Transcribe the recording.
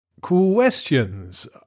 Questions